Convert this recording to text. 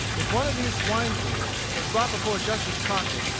if one of these swine-thieves was brought before justice crockett,